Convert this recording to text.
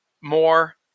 more